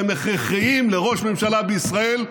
שהם הכרחיים לראש ממשלה בישראל,